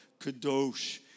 Kadosh